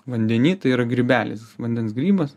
vandeny tai yra grybelis vandens grybas